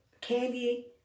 candy